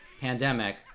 pandemic